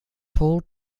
tall